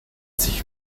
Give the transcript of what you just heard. sich